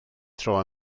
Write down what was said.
tro